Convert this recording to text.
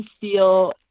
feel